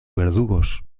verdugos